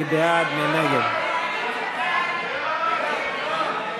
סעיף 38, תמיכות בענפי